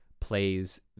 plays